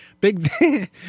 big